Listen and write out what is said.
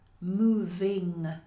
moving